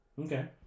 Okay